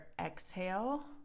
exhale